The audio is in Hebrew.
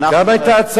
גם היתה הצעה,